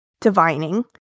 divining